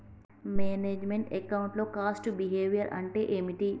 Manage meant account లో cost behaviour అంటే ఏమిటి?